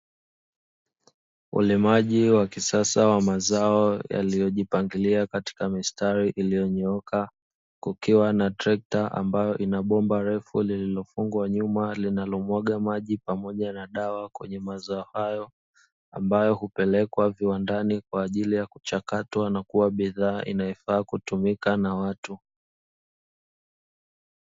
Ulimaji wa kisasa wa mazao yaliyojipangilia katika mistari iliyonyooka, kukiwa na trekta ambalo lina bomba refu lililofungwa nyuma, linalomwaga maji pamoja na dawa kwenye mazao hayo, ambayo hupelekwa viwandani kwa ajili ya kuchakatwa na kuwa bidhaa inayofaa kutumika na watu.